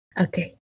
Okay